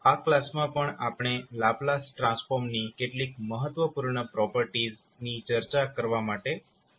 આ કલાસમાં પણ આપણે લાપ્લાસ ટ્રાન્સફોર્મની કેટલીક મહત્વપૂર્ણ પ્રોપર્ટીઝની ચર્ચા કરવા માટે આપણી સફર ચાલુ રાખીશું